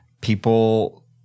people